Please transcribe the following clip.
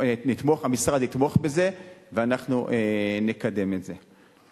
המשרד יתמוך בהצעה, ואנחנו נקדם את זה.